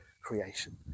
creation